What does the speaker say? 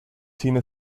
cine